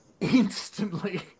instantly